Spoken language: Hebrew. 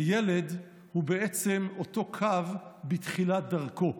הילד הוא אותו קו בתחילת דרכו.